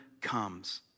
comes